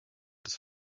des